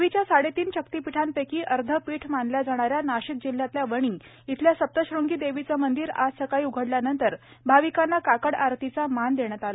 देवीच्या साडेतीन शक्तिपीठांपैकी अर्ध पीठ मानल्या जाणाऱ्या नाशिक जिल्ह्यातल्या वणी इथल्या सप्तश्रंगी देवीचं मंदिर आज सकाळी उघडल्यानंतर भाविकांना काकड आरतीचा मान देण्यात आला